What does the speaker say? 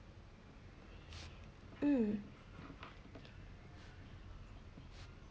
um